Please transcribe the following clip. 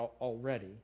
already